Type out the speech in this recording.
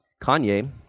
Kanye